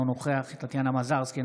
אינו נוכח טטיאנה מזרסקי,